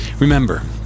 Remember